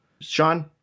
Sean